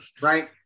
right